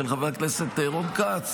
של חבר הכנסת רון כץ,